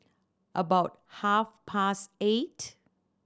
about half past eight